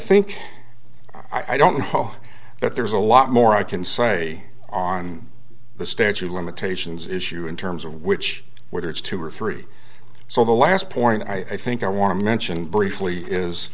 think i don't hold that there's a lot more i can say on the statute of limitations issue in terms of which whether it's two or three so the last point i think i want to mention briefly is